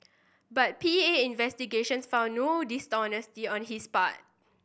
but P A investigations found no dishonesty on his part